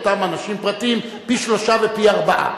אותם אנשים פרטיים פי-שלושה ופי-ארבעה.